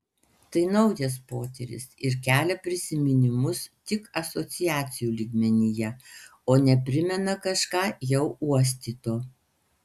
tai naujas potyris ir kelia prisiminimus tik asociacijų lygmenyje o ne primena kažką jau uostyto